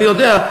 אני יודע,